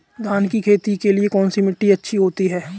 धान की खेती के लिए कौनसी मिट्टी अच्छी होती है?